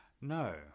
No